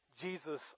Jesus